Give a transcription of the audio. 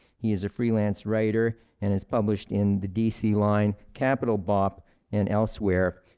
he is a freelance writer, and is published in the dc line, capitalbop, and elsewhere,